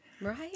Right